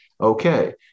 okay